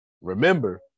Remember